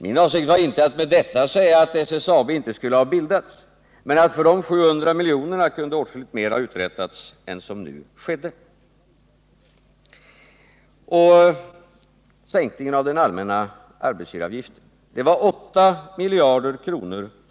Min avsikt var inte att med detta säga att SSAB inte skulle ha bildats, men jag ville framhålla att för de 700 miljonerna kunde åtskilligt mer ha uträttats än som nu skedde. Och på sänkningen av den allmänna arbetsgivaravgiften satsades 8 miljarder kronor.